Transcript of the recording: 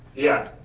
yes.